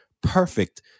perfect